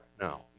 No